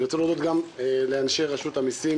אני רוצה גם להודות לאנשי רשות המסים.